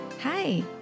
Hi